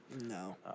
No